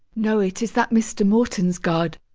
no, it is that mr. mortensgaard.